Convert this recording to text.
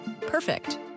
Perfect